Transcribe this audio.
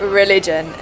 religion